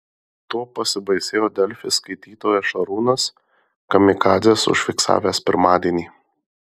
tuo pasibaisėjo delfi skaitytojas šarūnas kamikadzes užfiksavęs pirmadienį